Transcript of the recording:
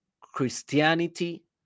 Christianity